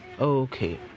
Okay